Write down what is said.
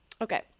Okay